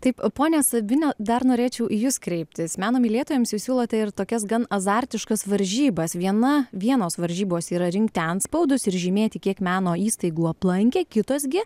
taip ponia sabina dar norėčiau į jus kreiptis meno mylėtojams jūs siūlote ir tokias gan azartiškas varžybas viena vienos varžybos yra rinkti antspaudus ir žymėti kiek meno įstaigų aplankė kitos gi